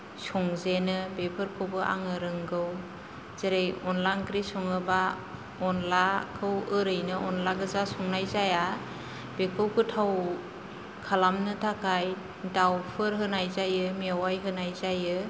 संजेनो बेफोरखौबो आङो रोंगौ जेरै अनद्ला ओंख्रि सङोब्ला अनद्लाखौ ओरैनो अनद्ला गोजा संनाय जाया बेखौ गोथाव खालामनो थाखाय दाउफोर होनाय जायो मेवाय होनाय जायो